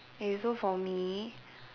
okay so for me